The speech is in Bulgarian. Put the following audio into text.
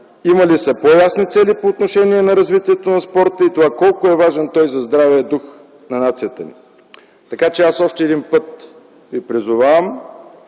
имали са по-ясни цели по отношение на развитието на спорта и това колко е важен той за здравия дух на нацията ни. Аз още веднъж Ви призовавам